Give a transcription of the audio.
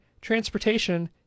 transportation